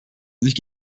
sich